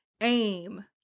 aim